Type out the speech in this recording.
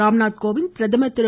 ராம்நாத் கோவிந்த் பிரதமர் திரு